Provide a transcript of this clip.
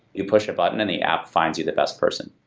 you push a button and the app finds you the best person.